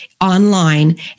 online